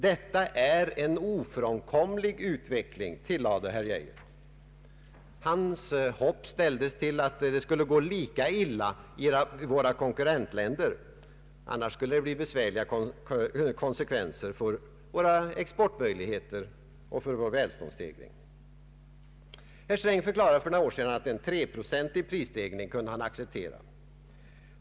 Detta är en ofrånkomlig utveckling.” Herr Geijer ställde sitt hopp till att det skulle gå lika illa i våra konkurrentländer. Annars skulle det bli besvärliga konsekvenser för våra exportmöjligheter och för vår välståndsstegring. Herr Sträng förklarade för några år sedan att han kunde acceptera en 3-procentig prisstegring.